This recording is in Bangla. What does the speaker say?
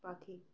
পাখি